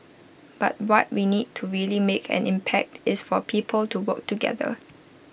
but what we need to really make an impact is for people to work together